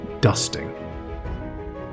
dusting